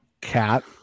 Cat